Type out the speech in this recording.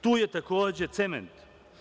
Tu je takođe cement.